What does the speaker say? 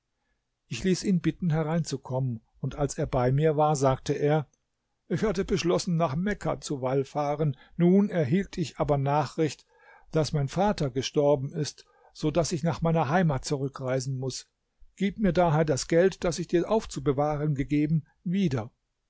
ich ließ ihn bitten hereinzukommen und als er bei mir war sagte er ich hatte beschlossen nach mekka zu wallfahren nun erhielt ich aber nachricht daß mein vater gestorben ist so daß ich nach meiner heimat zurückreisen muß gib mir daher das geld das ich dir aufzubewahren gegeben wieder